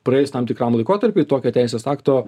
praėjus tam tikram laikotarpiui tokio teisės akto